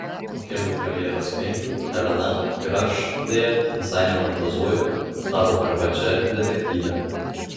po kelių karjeros vingių helena ir aš deja visai nefantazuoju tapo privačia detektyve